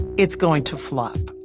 it's going to flop.